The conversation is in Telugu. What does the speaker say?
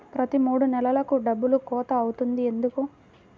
ప్రతి మూడు నెలలకు డబ్బులు కోత అవుతుంది ఎందుకు?